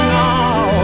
now